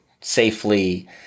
safely